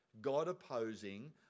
God-opposing